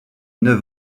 neuf